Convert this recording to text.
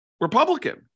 Republican